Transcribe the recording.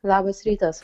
labas rytas